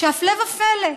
הפלא ופלא,